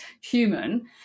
human